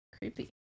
Creepy